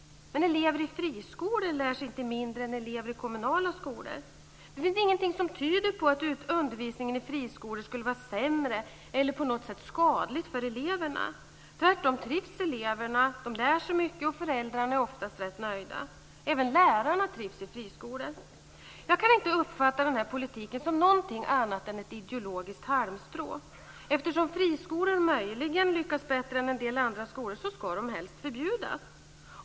Men elever i friskolor lär sig inte mindre än elever i kommunala skolor. Det finns ingenting som tyder på att undervisningen i friskolor skulle vara sämre eller på något sätt skadlig för eleverna. Tvärtom trivs eleverna. De lär sig mycket, och föräldrarna är oftast rätt nöjda. Även lärarna trivs i friskolor. Jag kan inte uppfatta den här politiken som någonting annat än ett ideologiskt halmstrå. Eftersom friskolor möjligen lyckas bättre än en del andra skolor ska de helst förbjudas.